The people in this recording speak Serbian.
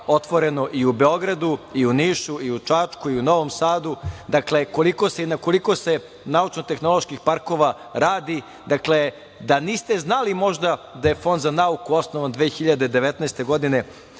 otvoreno i u Beogradu i u Nišu i u Čačku i u Novom Sadu, dakle koliko se i na koliko se naučno-tehnoloških parkova radi. Dakle, da niste znali možda da je Fond za nauku osnovan 2019. godine,